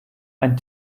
ein